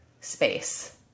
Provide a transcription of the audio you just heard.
space